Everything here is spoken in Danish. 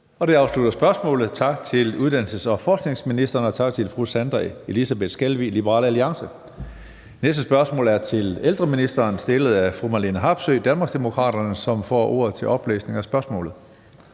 Det afslutter spørgsmålet. Tak til uddannelses- og forskningsministeren, og tak til fru Sandra Elisabeth Skalvig, Liberal Alliance. Det næste spørgsmål er til ældreministeren og stillet af fru Marlene Harpsøe, Danmarksdemokraterne. Kl. 15:04 Spm. nr.